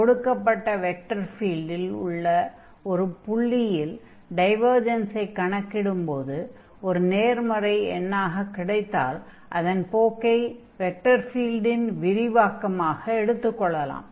கொடுக்கப்பட்ட வெக்டர் ஃபீல்டில் உள்ள ஒரு புள்ளியில் டைவர்ஜன்ஸை கணக்கிடும்போது ஒரு நேர்மறை எண்ணாகக் கிடைத்தால் அதன் போக்கை வெக்டர் ஃபீல்டின் விரிவாக்கமாக எடுத்துக் கொள்ளலாம்